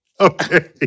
Okay